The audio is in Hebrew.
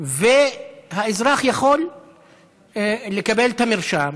והאזרח יכול לקבל את המרשם,